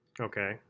Okay